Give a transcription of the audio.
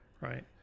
Right